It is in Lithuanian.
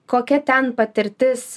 kokia ten patirtis